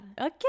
okay